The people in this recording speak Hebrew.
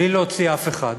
בלי להוציא אף אחד.